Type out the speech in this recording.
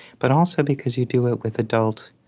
but also because you do it with adult